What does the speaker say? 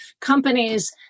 companies